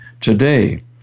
Today